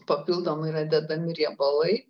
papildomai yra dedami riebalai